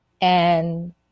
And-